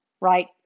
Right